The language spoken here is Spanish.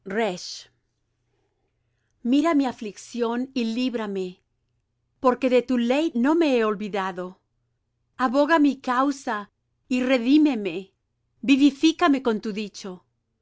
mira mi aflicción y líbrame porque de tu ley no me he olvidado aboga mi causa y redímeme vivifícame con tu dicho